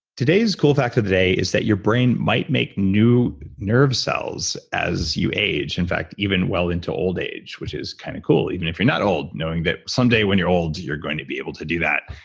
today's cool fact of the day is that your brain might make new nerve cells as you age in fact even well into old age which is kind of cool even if you're not old knowing that someday when you're old you're going to be able to do that.